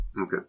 Okay